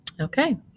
Okay